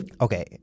Okay